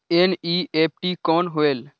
NEFT कौन होएल?